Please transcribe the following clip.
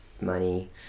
money